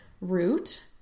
root